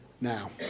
now